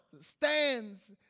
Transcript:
stands